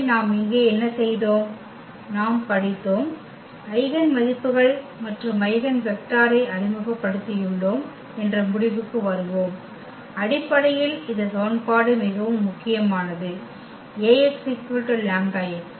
எனவே நாம் இங்கே என்ன செய்தோம் நாம் படித்தோம் ஐகென் மதிப்புகள் மற்றும் ஐகென் வெக்டரை அறிமுகப்படுத்தியுள்ளோம் என்ற முடிவுக்கு வருவோம் அடிப்படையில் இந்த சமன்பாடு மிகவும் முக்கியமானது Ax λx